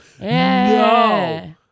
No